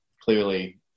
clearly